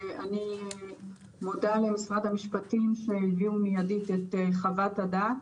אני מודה למשרד המשפטים שהביאו מיידית את חוות הדעת.